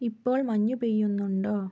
ഇപ്പോൾ മഞ്ഞു പെയ്യുന്നുണ്ടോ